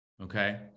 Okay